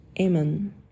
Amen